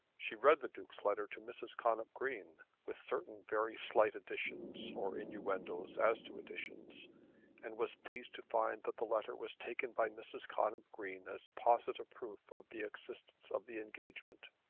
she read the duke's letter to mrs. connop green, with certain very slight additions or innuendos as to additions and was pleased to find that the letter was taken by mrs. connop green as positive proof of the existence of the engagement.